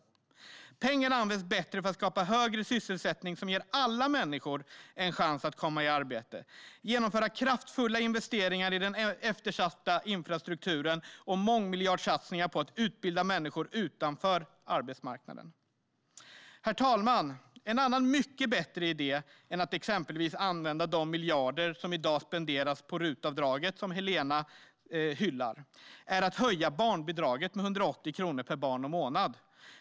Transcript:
Pengarna används bättre för att skapa högre sysselsättning, som ger alla människor en chans att komma i arbete, för att genomföra kraftfulla investeringar i den eftersatta infrastrukturen och för mångmiljardsatsningar på att utbilda människor utanför arbetsmarknaden. Herr talman! Ett annat - mycket bättre - sätt att använda exempelvis de miljarder som i dag spenderas på RUT-avdraget, som Helena Bouveng hyllar, är att höja barnbidraget med 180 kronor per barn och månad.